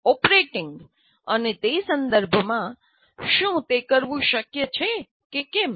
operating અને તે સંદર્ભમાં શું તે કરવું શક્ય છે કે કેમ